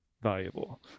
Valuable